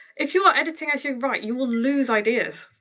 if you are editing as you write you will lose ideas.